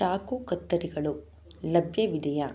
ಚಾಕು ಕತ್ತರಿಗಳು ಲಭ್ಯವಿದೆಯಾ